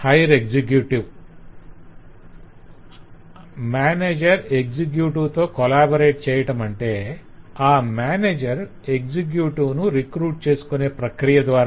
'manager hire executive' - manager executive తో collaborate చేయటమంటే ఆ మేనేజర్ ఎక్సెక్యుటివ్ ను రిక్రూట్ చేసుకునే ప్రక్రియ ద్వార